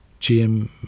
GM